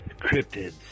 cryptids